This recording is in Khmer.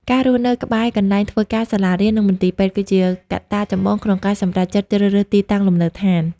ការរស់នៅក្បែរកន្លែងធ្វើការ សាលារៀន និងមន្ទីរពេទ្យ គឺជាកត្តាចម្បងក្នុងការសម្រេចចិត្តជ្រើសរើសទីតាំងលំនៅឋាន។